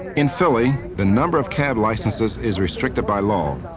in philly, the number of cab licenses is restricted by law.